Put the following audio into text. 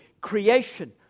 Creation